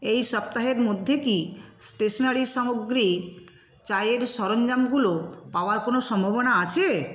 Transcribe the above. এই সপ্তাহের মধ্যে কি স্টেশনারি সামগ্রী চায়ের সরঞ্জামগুলো পাওয়ার কোনও সম্ভাবনা আছে